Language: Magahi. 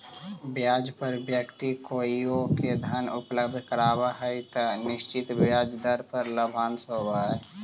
ब्याज पर व्यक्ति कोइओ के धन उपलब्ध करावऽ हई त निश्चित ब्याज दर पर लाभांश होवऽ हई